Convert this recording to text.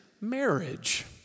marriage